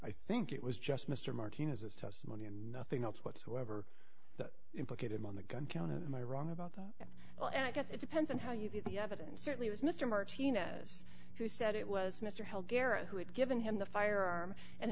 i think it was just mr martinez his testimony and nothing else whatsoever that implicate him on the gun counter my wrong about well i guess it depends on how you view the evidence certainly was mr martinez who said it was mr hell garrett who had given him the firearm and